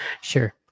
Sure